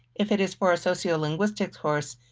if it is for a sociolinguistics course,